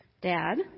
dad